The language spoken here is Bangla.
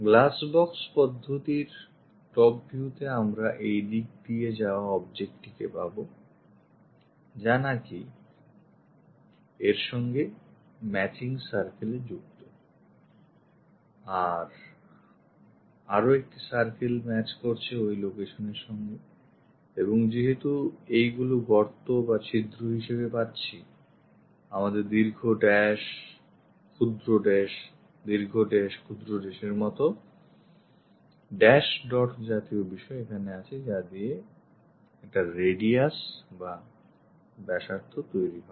Glass box পদ্ধতির top viewতে আমরা এইদিক দিয়ে যাওয়া objectটিকে পাবো যা নাকি এর সঙ্গে matching circleএ যুক্ত আরও একটি circle match করছে ওই location এর সঙ্গে এবং যেহেতু এইগুলি গর্ত বা ছিদ্র হিসেবে পাচ্ছি আমাদের দীর্ঘ dash ক্ষুদ্র dash দীর্ঘ dash ক্ষুদ্র dash এর মত dash dot জাতীয় বিষয় এখানে আছে যা দিয়ে একটি radius বা ব্যাসার্ধ তৈরী হয়